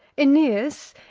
aeneas,